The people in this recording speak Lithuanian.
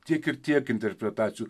tiek ir tiek interpretacijų